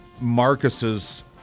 Marcus's